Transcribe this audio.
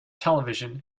television